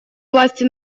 власти